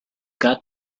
got